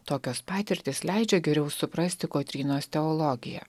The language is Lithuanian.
tokios patirtys leidžia geriau suprasti kotrynos teologiją